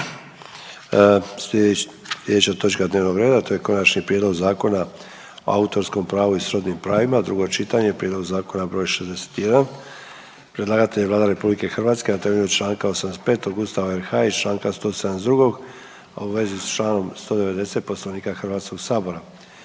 Sljedeća točka dnevnog reda, to je: - Konačni prijedlog Zakona o autorskom pravu i srodnim pravima, drugo čitanje, P.Z.E. br. 61; Predlagatelj je Vlada RH na temelju čl. 85. Ustava RH i čl. 172. u vezi s čl. 190. Poslovnika Hrvatskog sabora.